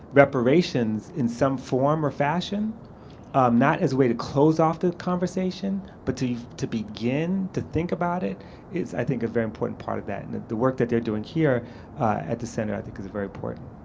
reparations, in some form or fashion not as a way to close off the conversation but to to begin to think about it is, i think, a very important part of that. and the work that they're doing here at the center i think is very important.